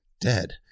dead